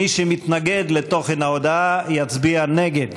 ומי שמתנגד לתוכן ההודעה יצביע נגד.